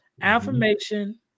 affirmation